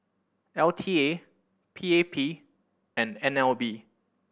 L T A P A P and N L B